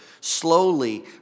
slowly